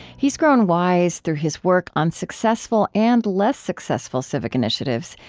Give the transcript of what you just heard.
he's grown wise through his work on successful and less successful civic initiatives,